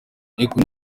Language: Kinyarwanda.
akon